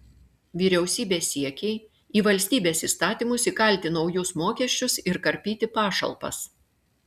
vyriausybės siekiai į valstybės įstatymus įkalti naujus mokesčius ir karpyti pašalpas